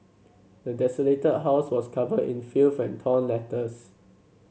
the desolated house was covered in filth and torn letters